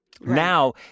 Now